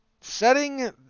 setting